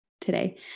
today